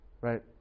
right